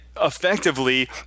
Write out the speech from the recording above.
effectively